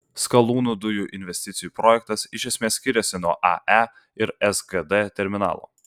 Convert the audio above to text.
skalūnų dujų investicijų projektas iš esmės skiriasi nuo ae ir sgd terminalo